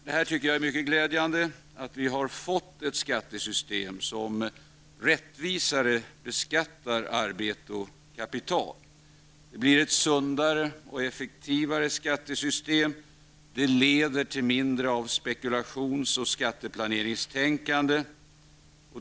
Det är mycket glädjande att vi nu fått ett skattesystem med rättvisare beskattningar av arbete och kapital. Det blir ett sundare och effektivare skattesystem som leder till mindre av spekulations och skatteplaneringstänkande.